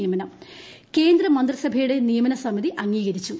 നിയമനം കേന്ദ്ര മന്ത്രിസഭയുടെ നിയമന സമിതി അംഗീകരിച്ചു